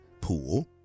pool